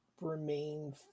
remain